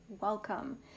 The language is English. Welcome